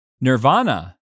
Nirvana